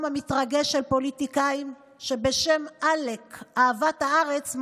המתרגש של פוליטיקאים שבשם עלק אהבת הארץ,